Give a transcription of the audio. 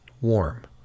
warm